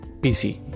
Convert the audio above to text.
PC